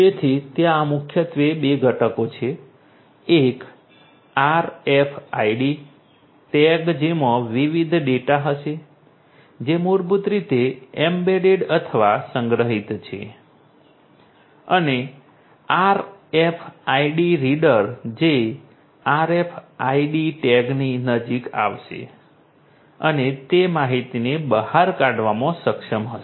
તેથી ત્યાં મુખ્યત્વે બે ઘટકો છે એક RFID ટેગ જેમાં વિવિધ ડેટા હશે જે મૂળભૂત રીતે એમ્બેડેડ અથવા સંગ્રહિત છે અને RFID રીડર જે RFID ટેગની નજીક આવશે અને તે માહિતીને બહાર કાઢવામાં સક્ષમ હશે